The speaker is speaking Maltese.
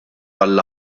għall